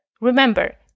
Remember